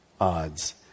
odds